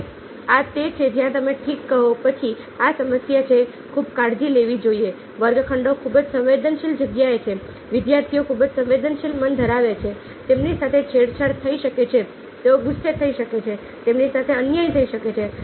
હવે આ તે છે જ્યાં તમે ઠીક કહો પછી આ સમસ્યા છે ખૂબ કાળજી લેવી જોઈએ વર્ગખંડો ખૂબ જ સંવેદનશીલ જગ્યાઓ છે વિદ્યાર્થીઓ ખૂબ જ સંવેદનશીલ મન ધરાવે છે તેમની સાથે છેડછાડ થઈ શકે છે તેઓ ગુસ્સે થઈ શકે છે તેમની સાથે અન્યાય થઈ શકે છે